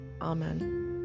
Amen